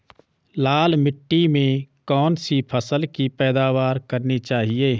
लाल मिट्टी में कौन सी फसल की पैदावार करनी चाहिए?